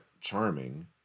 charming